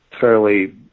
fairly